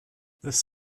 this